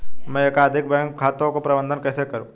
मैं एकाधिक बैंक खातों का प्रबंधन कैसे करूँ?